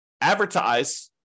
advertise